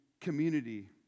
community